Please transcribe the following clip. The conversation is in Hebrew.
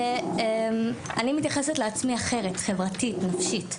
אני מתייחסת לעצמי אחרת חברתית נפשית,